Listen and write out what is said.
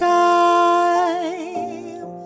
time